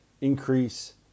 increase